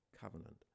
covenant